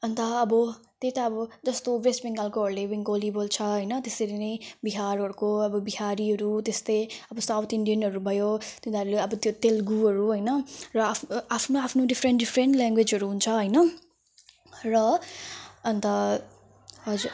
अन्त अब त्यही त अब जस्तो वेस्ट बेङ्गलकोहरूले बेङ्गली बोल्छ होइन त्यसरी नै बिहारहरूको अब बिहारीहरू त्यस्तै अब साउथ इन्डियनहरू भयो तिनीहरूले अब त्यो तेलुगुहरू होइन र आ आफ्नो आफ्नो डिफ्रेन्ट डिफ्रेन्ट ल्याङ्गवेजहरू हुन्छ होइन र अन्त हजुर